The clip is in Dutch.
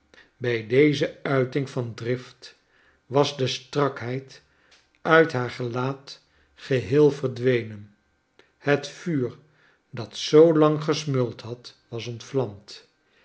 bij deze uiting van drift was de strakheid uit haar gelaat geheel verdwenen het vuur dat zoo lang gesmeuld had was